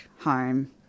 home